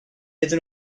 iddyn